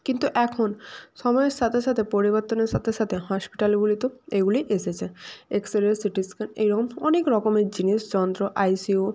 কিন্তু এখন সময়ের সাথে সাথে পরিবর্তনের সাথে সাথে হসপিটালগুলিতেও এগুলি এসেছে এক্স রে সিটি স্ক্যান এই রকম অনেক রকমের জিনিস যন্ত্র আইসিইউ